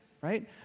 right